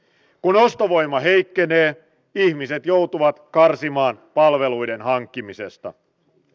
kun ostovoima heikkenee ihmiset joutuvat karsimaan palveluiden hankkimisesta